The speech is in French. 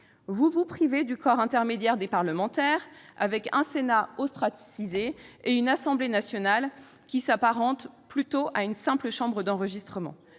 Vous vous privez du corps intermédiaire des parlementaires, avec un Sénat ostracisé et une Assemblée nationale qui s'apparente plutôt à une simple chambre d'enregistrement.